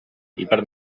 ipar